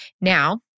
Now